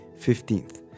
15th